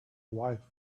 wife